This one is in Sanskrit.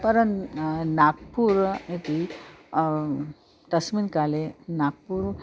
परन् नागपुरम् इति तस्मिन् काले नागपुरम्